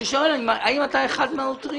אני שואל האם אתה אחד מהעותרים.